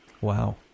Wow